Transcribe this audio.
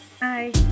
Bye